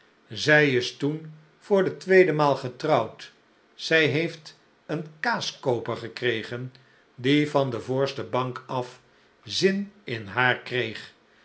zij is toen voor de tweede maal getrouwd zij heeft een kaaskooper gekregen die van de voorste bank af zin in haar kreeg